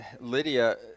Lydia